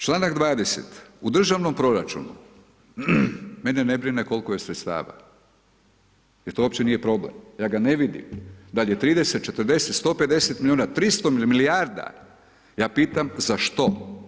Članak 20. u državnom proračunu mene ne brine koliko je sredstava jer to uopće nije problem, ja ga ne vidim, dal+ je 30, 40, 150 milijuna, 300 milijarda, ja pitam za što?